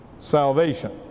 salvation